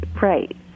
Right